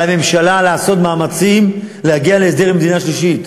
על הממשלה לעשות מאמצים להגיע להסדר עם מדינה שלישית.